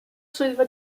swyddfa